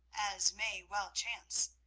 as may well chance,